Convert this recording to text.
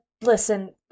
listen